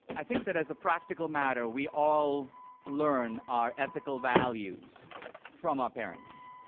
i think that as a practical matter, we all learn our ethical values from our parents.